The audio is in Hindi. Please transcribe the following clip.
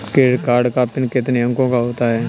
क्रेडिट कार्ड का पिन कितने अंकों का होता है?